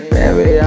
Baby